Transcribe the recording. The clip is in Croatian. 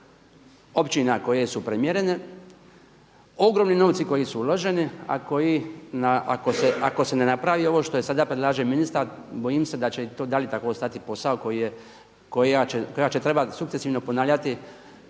općina koje su premjerene, ogromni novci koji su uloženi a koji ako se ne napravi ovo što sada predlaže ministar bojim se da će to i dalje ostati posao kojega će trebati sukcesivno ponavljati